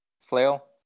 Flail